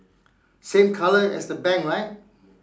same colour as the bank right